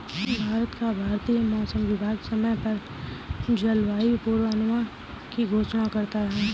भारत का भारतीय मौसम विभाग समय समय पर जलवायु पूर्वानुमान की घोषणा करता है